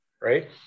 right